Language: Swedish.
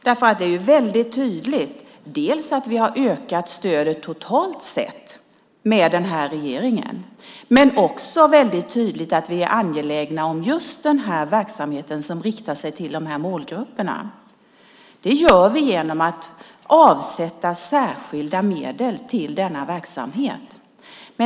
Det är ju väldigt tydligt att regeringen dels har ökat stödet totalt sett, dels att vi är angelägna om just denna verksamhet som riktar sig till de här målgrupperna genom att vi avsätter särskilda medel för denna verksamhet.